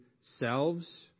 selves